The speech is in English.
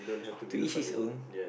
to eat his own